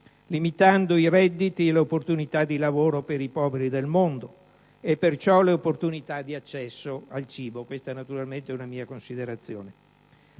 limitando i redditi e le opportunità di lavoro per i poveri del mondo e perciò le opportunità di accesso al cibo. Questa è naturalmente una mia considerazione.